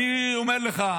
אני אומר לך,